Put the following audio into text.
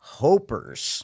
hopers